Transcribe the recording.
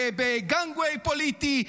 ב-gangway פוליטי,